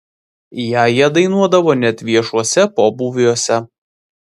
ją jie dainuodavo net viešuose pobūviuose